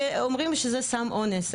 אומרים שזה סם אונס,